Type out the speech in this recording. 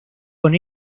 con